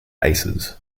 aces